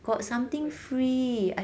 later go and see